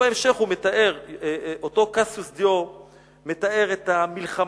ובהמשך אותו קסיוס דיו מתאר את המלחמה,